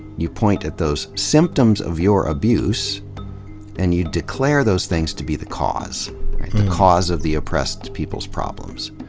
you point at those symptoms of your abuse and you declare those things to be the cause. mmm, the cause of the oppressed peoples' problems.